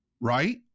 Right